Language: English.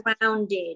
grounded